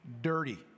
Dirty